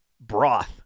broth